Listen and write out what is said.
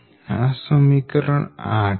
આ સમીકરણ 8 છે